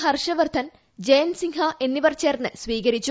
ഹർഷവർദ്ധൻ ജയന്ത് സിൻഹ എന്നിവർ ചേർന്ന് സ്വീകരിച്ചു